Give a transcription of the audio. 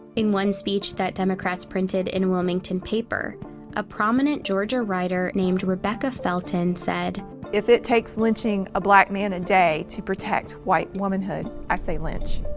in one speech that democrats printed in a wilmington paper a prominent georgia writer named rebecca felton said if it takes lynching a black man a day to protect white womanhood i say lynch.